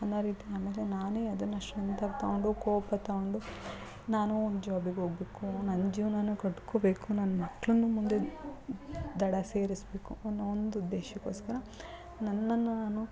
ಅನ್ನೋ ರೀತಿ ನನಗೆ ನಾನೇ ಅದನ್ನು ಶ್ಟ್ರೆಂತಾಗಿ ತಗೊಂಡು ಕೋಪ ತಗೊಂಡು ನಾನೂ ಒಂದು ಜಾಬಿಗೆ ಹೋಗ್ಬೇಕು ನನ್ನ ಜೀವನನು ಕಟ್ಕೊಬೇಕು ನನ್ನ ಮಕ್ಳನ್ನೂ ಮುಂದೆ ದಡ ಸೇರಿಸ್ಬೇಕು ಅನ್ನೋ ಒಂದು ಉದ್ದೇಶಕ್ಕೋಸ್ಕರ ನನ್ನನ್ನು ನಾನು